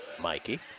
Mikey